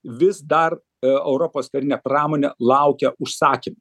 vis dar europos karinė pramonė laukia užsakymų